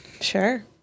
Sure